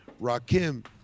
Rakim